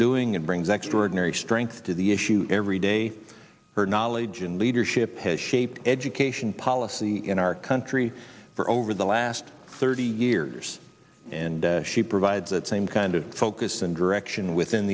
doing and brings extraordinary strength to the issue every day her knowledge and leadership has shaped education policy in our country for over the last thirty years and she provides that same kind of focus and direction within